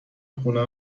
خونه